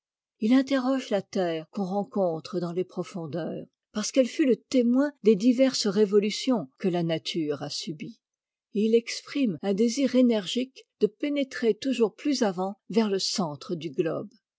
il interroge la terre qu'on rencontre dans les profondeurs parce qu'ette fut le témoin des diverses révolutions qtm la nature a subies et il exprime un désir énergique de pénétrer toujours plus avant vers le centre du globe